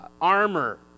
armor